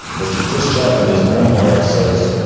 mr. khrushchev in his memoirs says,